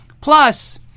plus